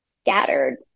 scattered